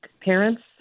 parents